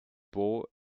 beau